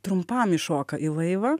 trumpam įšoka į laivą